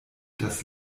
das